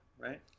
right